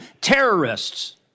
terrorists